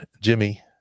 Jimmy